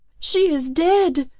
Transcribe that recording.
she is dead,